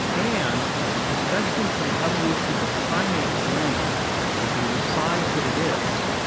and especially for the evolution of the primate brain to be the size that it is,